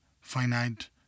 finite